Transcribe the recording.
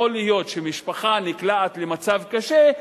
יכול להיות שמשפחה נקלעת למצב קשה,